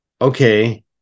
Okay